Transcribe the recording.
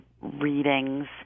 readings